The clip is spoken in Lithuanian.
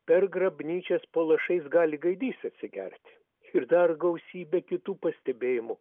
per grabnyčias po lašais gali gaidys atsigerti ir dar gausybė kitų pastebėjimų